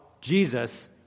Jesus